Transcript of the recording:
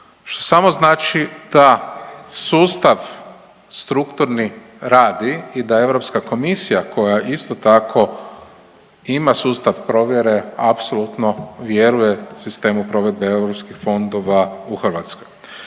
što samo znači da sustav strukturni radi i da EK koja isto tako ima sustav provjere apsolutno vjeruje sistemu provedbe EU fondova u Hrvatskoj.